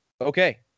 Okay